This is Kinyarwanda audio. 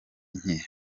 nke